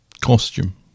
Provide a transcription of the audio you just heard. costume